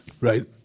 Right